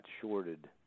shorted